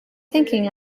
thinking